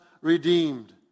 redeemed